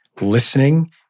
listening